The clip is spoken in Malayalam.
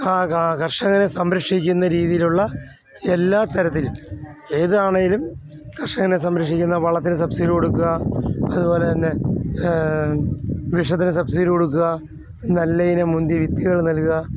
ആ കർഷകരെ സംരക്ഷിക്കുന്ന രീതിയിലുള്ള എല്ലാ തരത്തിലും ഏതാണെങ്കിലും കർഷകനെ സംരക്ഷിക്കുന്ന വളത്തിന് സബ്സിഡി കൊടുക്കുക അതുപോലെ തന്നെ വൃക്ഷത്തിന് സബ്സിഡി കൊടുക്കുക നല്ല ഇനം മുന്തിയ വിത്തുകൾ നൽകുക